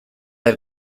del